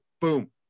boom